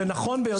זה נכון ביותר.